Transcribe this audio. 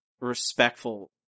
respectful